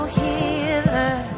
healer